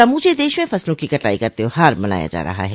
समूचे देश में फसलों की कटाई का त्यौहार मनाया जा रहा है